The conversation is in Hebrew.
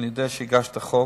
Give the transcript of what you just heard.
אני יודע שהגשת חוק,